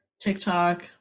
TikTok